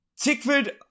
Tickford